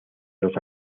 los